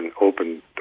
open